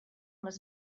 les